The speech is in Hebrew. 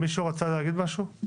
מישהו רצה להגיד משהו?